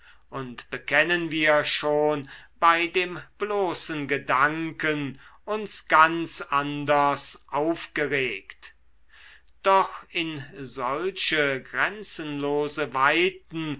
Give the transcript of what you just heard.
und bekennen wir schon bei dem bloßen gedanken uns ganz anders aufgeregt doch in solche grenzenlose weiten